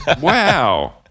Wow